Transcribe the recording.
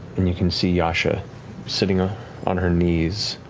and you can see yasha sitting ah on her knees,